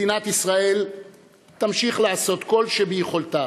מדינת ישראל תמשיך לעשות כל שביכולתה